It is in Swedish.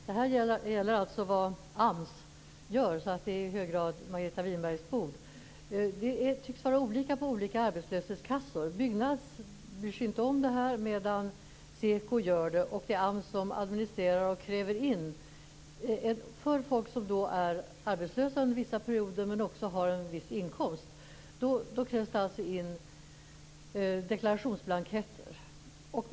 Fru talman! Det här gäller vad AMS gör, så det är i hög grad Margareta Winbergs bord. Det tycks vara olika på olika arbetslöshetskassor. Byggnads bryr sig inte om det här, medan SEKO gör det. Det är AMS som administrerar, och av folk som är arbetslösa under vissa perioder men också har en viss inkomst kräver man alltså in deklarationsblanketter.